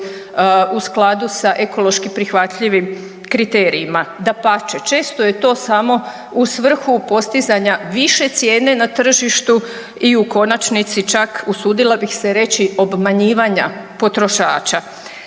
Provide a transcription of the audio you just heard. u skladu sa ekološki prihvatljivim kriterijima, dapače, često je to samo u svrhu postizanja više cijene na tržištu i u konačnici čak usudila bih se reći obmanjivanja potrošača.